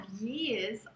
years